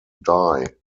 dye